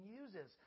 uses